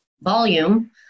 volume